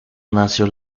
nació